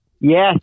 Yes